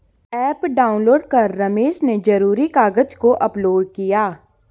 app download कर रमेश ने ज़रूरी कागज़ को अपलोड किया